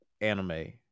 anime